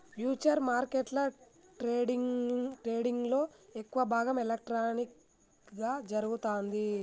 futures మార్కెట్ల ట్రేడింగ్లో ఎక్కువ భాగం ఎలక్ట్రానిక్గా జరుగుతాంది